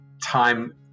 Time